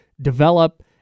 develop